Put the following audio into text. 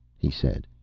he said.